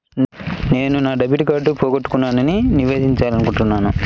నేను నా డెబిట్ కార్డ్ని పోగొట్టుకున్నాని నివేదించాలనుకుంటున్నాను